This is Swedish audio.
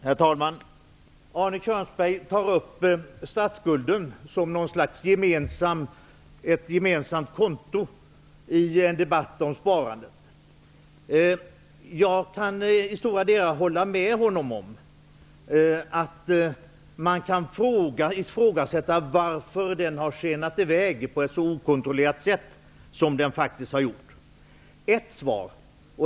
Herr talman! Arne Kjörnsberg framställer statsskulden som något slags gemensamt konto i debatten om sparandet. Jag kan i stora delar hålla med honom om att man kan ifrågasätta varför statsskulden har skenat i väg på ett så okontrollerat sätt som den faktiskt har gjort.